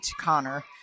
Connor